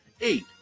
Eight